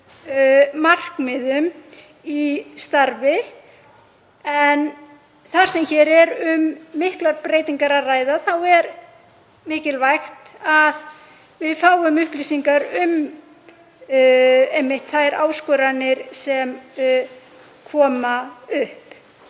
markmiðum sínum í starfi. En þar sem hér er um miklar breytingar að ræða er mikilvægt að við fáum upplýsingar um einmitt þær áskoranir sem koma upp